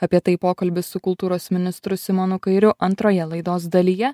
apie tai pokalbis su kultūros ministru simonu kairiu antroje laidos dalyje